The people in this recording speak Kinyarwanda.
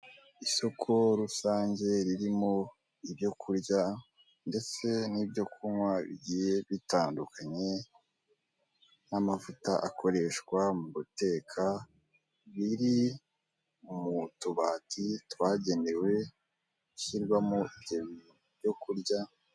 Isoko rusange ririmo ibyo kurya ndetse n'ibyo kunywa bigiye bitandukanye n'amavuta akoreshwa mu guteka, biri mu tubati twagenewe gushyirwamo ibyo byo kurya.